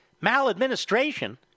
Maladministration